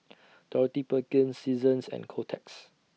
Dorothy Perkins Seasons and Kotex